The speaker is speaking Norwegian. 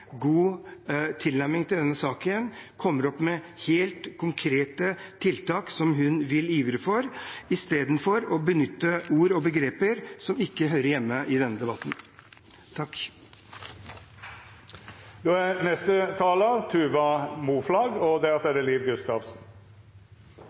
god tilnærming til denne saken og kommer med helt konkrete tiltak som hun vil ivre for, i stedet for å benytte ord og begreper som ikke hører hjemme i denne debatten. Først og